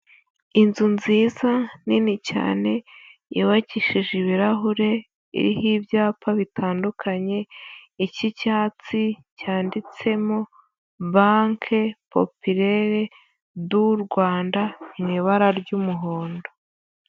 inzu nziza nini cyane yubakishije ibirahure iriho ibyapa bitandukanye, ik'icyatsi cyanditsemo banke popirere du Rwanda mu ibara ry'umuhondo.